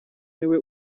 niwe